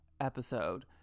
episode